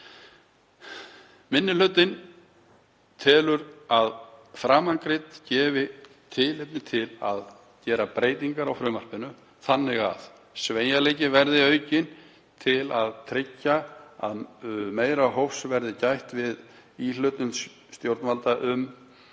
Minni hlutinn telur að framangreint gefi tilefni til að gera breytingar á frumvarpinu þannig að sveigjanleiki verði aukinn og til að tryggja að meira hófs verði gætt við íhlutun stjórnvalda um